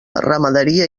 ramaderia